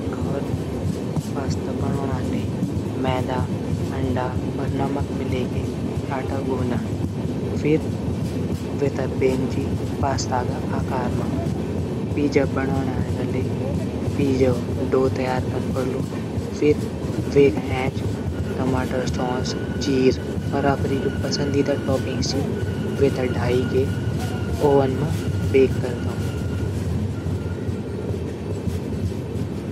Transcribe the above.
घौर मा पास्ता बणौणा ले मैदा, अंडा, नमक मिलेकी आटा गुदण। फिर वेथे बिनण च पास्ता आकार मा पिजा बणोणा ले पिजा डो तैयार कन पोडिली फिर वेक ऐंच टमाटर सॉस चीज और अपडी पंसदीदा टॉपिनस च वे ते डाली की ओवन मा बेक कैरी दीण।